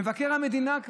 מבקר המדינה,